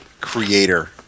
creator